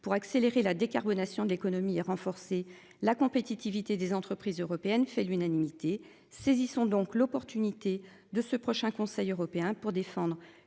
pour accélérer la décarbonation de l'économie et renforcer la compétitivité des entreprises européennes fait l'unanimité. Saisissons donc l'opportunité de ce prochain conseil européen pour défendre